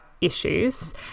issues